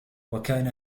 وكان